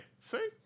see